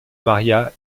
maria